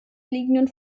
liegenden